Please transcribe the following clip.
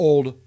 Old